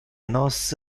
nos